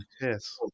Yes